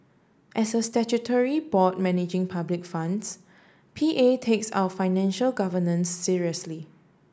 as a statutory board managing public funds P A takes our financial governance seriously